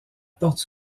porte